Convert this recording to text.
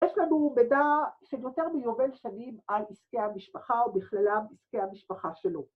‫יש לנו מידע שיותר מיובל שנים ‫על עסקי המשפחה ‫ובכללם עסקי המשפחה שלו.